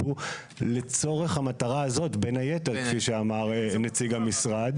בעקבות העתירה שהזכרתם,